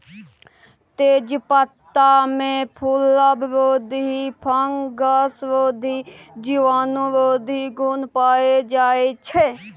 तेजपत्तामे फुलबरोधी, फंगसरोधी, जीवाणुरोधी गुण पाएल जाइ छै